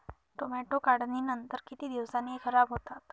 Tomato काढणीनंतर किती दिवसांनी खराब होतात?